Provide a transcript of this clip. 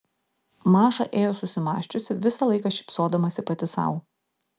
maša ėjo susimąsčiusi visą laiką šypsodamasi pati sau